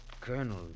colonel